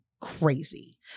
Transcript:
crazy